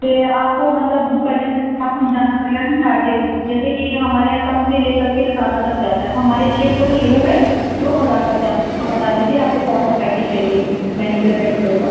کہ آپ کو مطلب بک کرنے سے آپ کو جاننا پڑے گا کہ چارجز جیسے کہ ہمارے یہاں کم سے لے کر کے زیادہ تک جاتا ہے تو ہمارے یہاں چھ سو سے شروع ہوٮٔے دو ہزار تک جاتا ہے تو بتا دیجیے آپ کو کون سا پیکج چاہیے مینی کیئر پیڈی کیئر کا